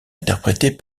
interprétés